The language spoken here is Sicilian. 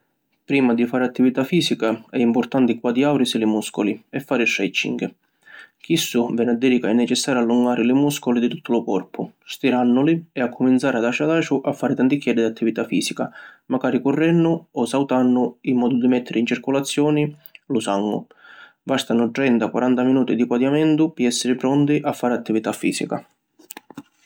Prima di fari attività fisica è importanti quadiarisi li muscoli e fari stretching. Chissu veni a diri ca è necessariu allungari li muscoli di tuttu lu corpu, stirannuli e accuminzari adaciu adaciu a fari tanticchiedda di attività fisica macari currennu o sautannu in modu di mettiri in circulazioni lu sangu. Vastanu trenta - quaranta minuti di quadiamentu pi essiri pronti a fari attività fisica.